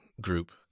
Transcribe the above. group